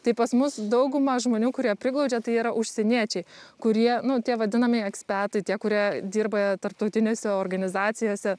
tai pas mus dauguma žmonių kurie priglaudžia tai yra užsieniečiai kurie nu tie vadinami ekspetai tie kurie dirba tarptautinėse organizacijose